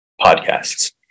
podcasts